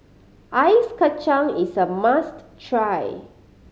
ice kacang is a must try